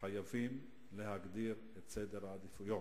חייבים להגדיר את סדר העדיפויות.